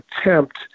attempt